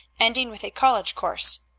ending with a college course.